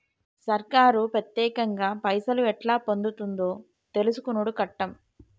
సర్కారు పత్యేకంగా పైసలు ఎట్లా పొందుతుందో తెలుసుకునుడు కట్టం